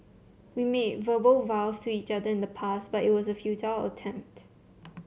we made verbal vows to each other in the past but it was a futile attempt